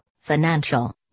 financial